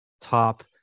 top